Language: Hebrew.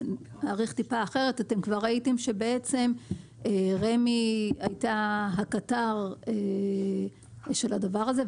אני אעריך טיפה אחרת: אתם ראיתם שרמ"י הייתה הקטר של הדבר הזה,